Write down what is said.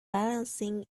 balancing